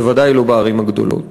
בוודאי לא בערים הגדולות.